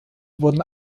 wurden